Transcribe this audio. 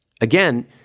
again